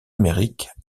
amérique